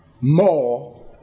more